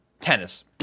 tennis